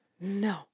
No